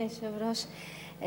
היושב-ראש,